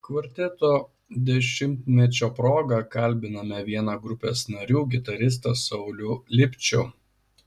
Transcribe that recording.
kvarteto dešimtmečio proga kalbiname vieną grupės narių gitaristą saulių lipčių